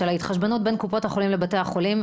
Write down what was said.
של ההתחשבנות בין קופות החולים לבתי החולים,